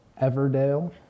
Everdale